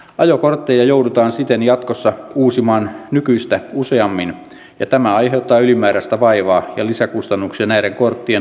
ajokortteja joudutaan siten jatkossa uusimaan nykyistä useammin ja tämä aiheuttaa ylimääräistä vaivaa ja lisäkustannuksia näiden korttien haltijoille